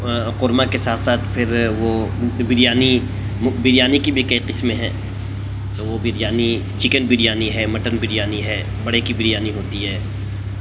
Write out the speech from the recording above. قورمہ کے ساتھ ساتھ پھر وہ بریانی بریانی کی بھی کئی قسمیں ہیں تو وہ بریانی چکن بریانی ہے مٹن بریانی ہے بڑے کی بریانی ہوتی ہے